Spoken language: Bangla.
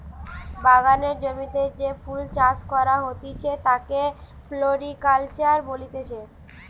বাগানের জমিতে যে ফুল চাষ করা হতিছে তাকে ফ্লোরিকালচার বলতিছে